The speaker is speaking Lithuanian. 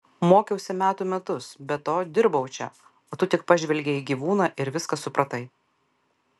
mokiausi metų metus be to dirbau čia o tu tik pažvelgei į gyvūną ir viską supratai